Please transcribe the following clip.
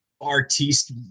artiste